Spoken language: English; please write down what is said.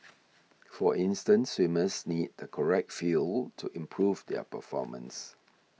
for instance swimmers need the correct fuel to improve their performance